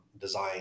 design